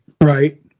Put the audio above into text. Right